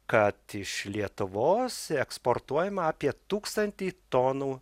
kad iš lietuvos eksportuojama apie tūkstantį tonų